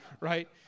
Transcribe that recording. right